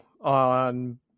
on